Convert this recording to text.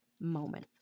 moment